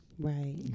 Right